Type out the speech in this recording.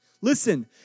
Listen